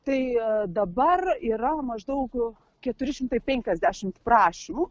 tai dabar yra maždaug keturi šimtai penkiasdešimt prašymų